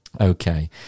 Okay